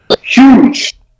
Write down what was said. Huge